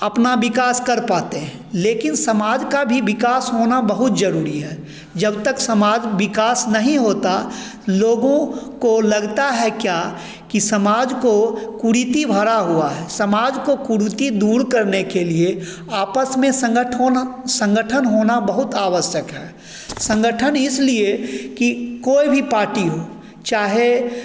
अपना विकास कर पाते हैं लेकिन समाज का भी विकास होना बहुत ज़रूरी है जबतक समाज विकास नहीं होता लोगों को लगता है क्या कि समाज को कुरीति भरा हुआ है समाज को कुरीति दूर करने के लिए आपस में संगठ होना संगठन होना बहुत आवश्यक है संगठन इसलिए कि कोई भी पार्टी हो चाहे